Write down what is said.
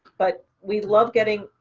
but we love getting.